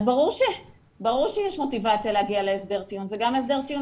אז ברור שיש מוטיבציה להגיע להסדר טיעון וגם הסדר טיעון